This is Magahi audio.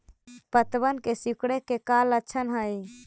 पत्तबन के सिकुड़े के का लक्षण हई?